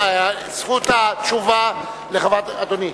רבה, אדוני.